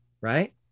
right